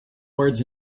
words